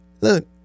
Look